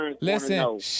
listen